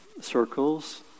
circles